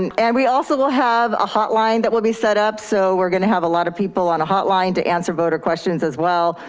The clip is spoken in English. and and we also have a hotline that will be set up. so we're gonna have a lot of people on a hotline to answer voter questions as well,